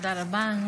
תודה רבה.